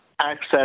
access